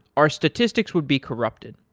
our statistics would be corrupted.